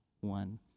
one